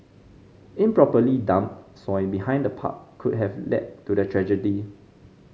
improperly dumped soil behind the park could have led to the tragedy